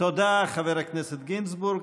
תודה, חבר הכנסת גינזבורג.